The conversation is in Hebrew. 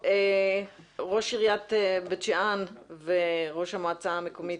ראש עיריית בית שאן וראש המועצה המקומית.